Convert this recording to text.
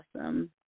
awesome